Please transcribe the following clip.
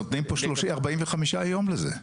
נותנים 45 ימים לזה,